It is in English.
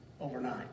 overnight